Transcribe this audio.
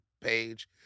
page